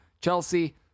Chelsea